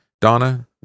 Donna